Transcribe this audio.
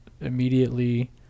immediately